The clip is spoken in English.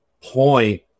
point